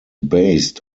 based